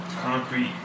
concrete